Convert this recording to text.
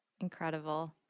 Incredible